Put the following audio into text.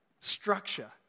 structure